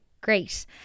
Great